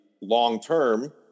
long-term